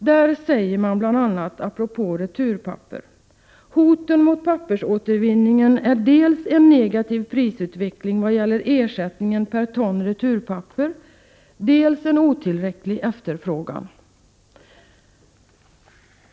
Där säger man apropå returpapper: Hoten mot pappersåtervinningen är dels en negativ prisutveckling vad gäller ersättningen per ton returpapper, dels en otillräcklig efterfrågan.